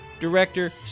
director